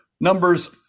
numbers